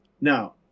now